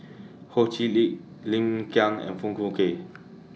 Ho Chee Lick Lim Kiang and Foong Fook Kay